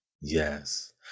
Yes